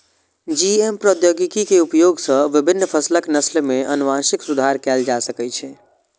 GM प्रौद्योगिकी के उपयोग सं विभिन्न फसलक नस्ल मे आनुवंशिक सुधार कैल जा सकै छै